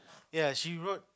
ya she wrote